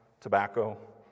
tobacco